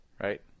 right